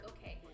Okay